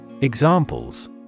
Examples